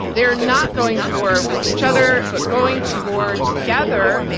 they are not going to war with each other, but going to war together,